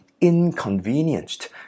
inconvenienced